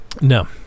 no